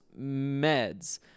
Meds